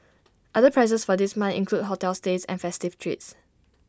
other prizes for this month include hotel stays and festive treats